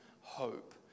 hope